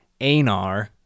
Anar